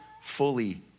fully